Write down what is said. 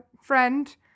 friend